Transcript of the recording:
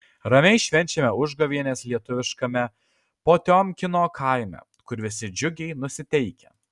ramiai švenčiame užgavėnes lietuviškame potiomkino kaime kur visi džiugiai nusiteikę